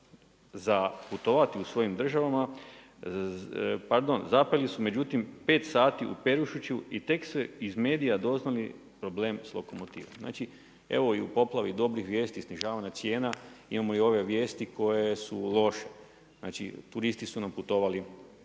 Za putovati u svojim državama, pardon zapeli su međutim 5 sati u Perušiću i tek su iz medija doznali problem sa lokomotivom. Znači, evo i u poplavi dobrih vijesti snižavanja cijena imamo i ove vijesti koje su loše. Znači, turisti su nam putovali